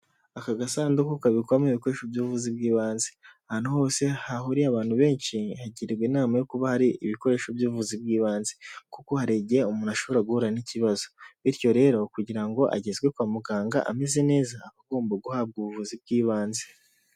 Aka gasanduku kabikwamo ibikoresho ubuvuzi bw'ibanze, ahantu hose hahuriye abantu benshi hagirwa inama yo kuba hari ibikoresho by'ubuvuzi bw'ibanze kuko hari igihe umuntu ashobora guhura n'ikibazo, bityo rero kugira ngo agezwe kwa muganga ameze neza aba agomba guhabwa ubuvuzi bw'ibanze.